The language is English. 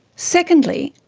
secondly,